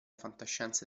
fantascienza